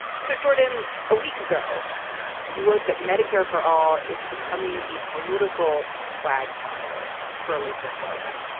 so jordan a week ago you wrote that medicare for all is becoming a political quagmire for elizabeth warren.